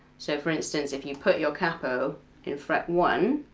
so for instance if you put your capo in fret one,